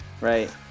right